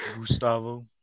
Gustavo